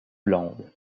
blondes